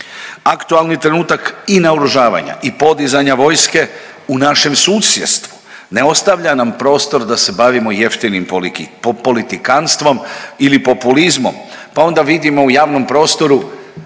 Aktualni trenutak i naoružavanja i podizanja vojske u našem susjedstvu ne ostavlja nam prostor da se bavimo jeftinim politikantstvom ili populizmom pa onda vidimo u javnom prostoru